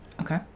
Okay